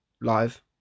live